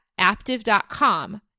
Aptive.com